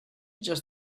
just